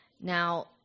Now